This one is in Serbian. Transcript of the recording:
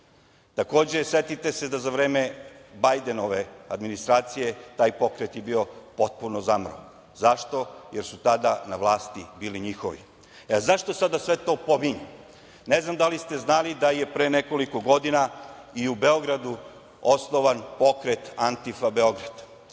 njih. Takođe, setite se da za vreme Bajdanove administracije, taj pokret je bio potpuno zamrlo. Zašto? Jer su tada na vlasti bili njihovi. Zašto sada sve to pominjem? Ne znam da li ste znali da je pre nekoliko godina i u Beogradu osnovan pokret ANTIFA Beograd.